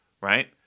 right